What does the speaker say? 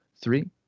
Three